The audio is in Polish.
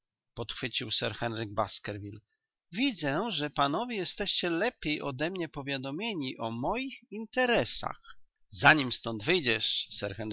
podchwycił sir henryk baskerville widzę że panowie jesteście lepiej odemnie powiadomieni o moich interesach zanim stąd wyjdziesz sir henryku